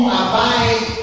abide